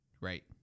Right